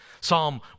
Psalm